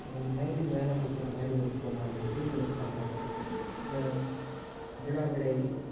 ஒரு மைண்ட்டுக்கு வேலை கொடுக்கற மாதிரி ஒரு புரோகிராம் வந்து பார்க்கலாம் இந்த வினா விடை